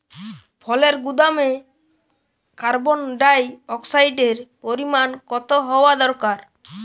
ফলের গুদামে কার্বন ডাই অক্সাইডের পরিমাণ কত হওয়া দরকার?